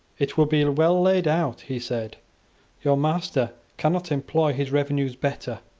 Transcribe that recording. it will be well laid out, he said your master cannot employ his revenues better.